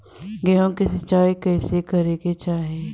गेहूँ के सिंचाई कइसे करे के चाही?